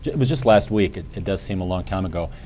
it was just last week. it does seem a long time ago.